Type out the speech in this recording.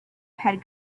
had